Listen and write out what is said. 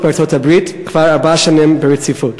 בארצות-הברית כבר ארבע שנים ברציפות.